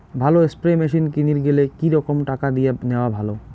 ভালো spray machine কিনির গেলে কি রকম টাকা দিয়া নেওয়া ভালো?